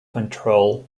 control